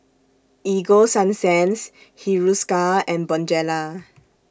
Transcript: Ego Sunsense Hiruscar and Bonjela